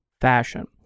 fashion